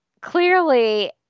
clearly